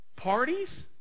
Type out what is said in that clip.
Parties